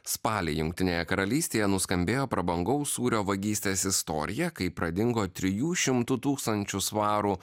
spalį jungtinėje karalystėje nuskambėjo prabangaus sūrio vagystės istorija kai pradingo trijų šimtų tūkstančių svarų